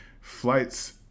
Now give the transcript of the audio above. flights